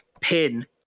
pin